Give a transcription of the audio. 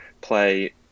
play